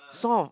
soft